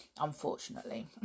unfortunately